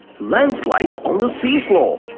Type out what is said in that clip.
landslides on the sea floor.